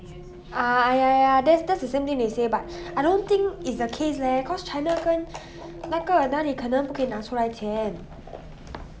ah ya ya ya that that's the same thing he say but I don't think is the case leh cause china bank 那个哪里可能不可以拿出来钱